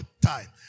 time